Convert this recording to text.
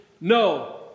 no